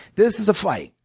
this is a fight.